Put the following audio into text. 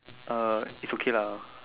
uh it's okay lah